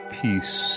peace